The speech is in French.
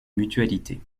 mutualité